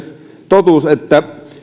totuus että